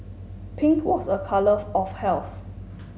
pink was a colour of health